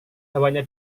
hawanya